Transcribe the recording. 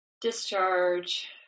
discharge